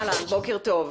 בוקר טוב.